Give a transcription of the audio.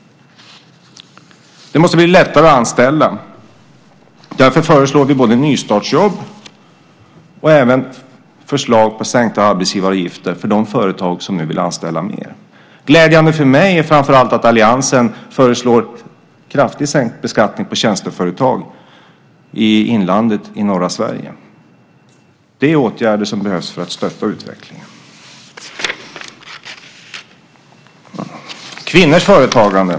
Det måste bli lättare att anställa. Därför föreslår vi både nystartsjobb och sänkta arbetsgivaravgifter för de företag som nu vill anställa mer. Glädjande för mig är framför allt att alliansen föreslår kraftigt sänkt beskattning på tjänsteföretag i norra Sveriges inland. Det är åtgärder som behövs för att stötta utvecklingen.